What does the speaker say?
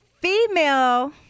female